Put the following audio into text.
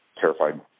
terrified